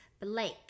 Blake